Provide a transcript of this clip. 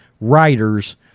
writers